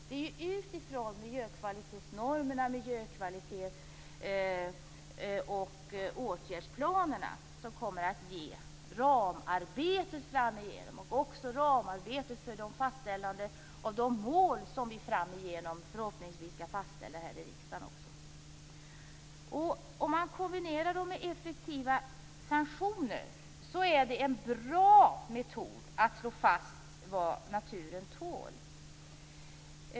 Det är ju miljökvalitetsnormerna och åtgärdsplanerna som framgent ger ramarbetet. Det gäller då också ramarbetet avseende fastställandet av de mål som vi framöver förhoppningsvis skall fastställa här i riksdagen. I kombination med effektiva sanktioner är det här en bra metod att slå fast vad naturen tål.